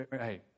hey